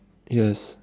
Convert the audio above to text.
yes